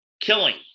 killing